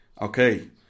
Okay